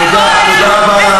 זה לא פחות נורא.